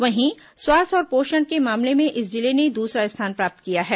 वहीं स्वास्थ्य और पोषण के मामले में इस जिले ने दूसरा स्थान प्राप्त किया है